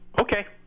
Okay